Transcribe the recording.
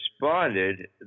responded